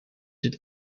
het